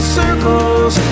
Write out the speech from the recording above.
circles